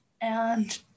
and-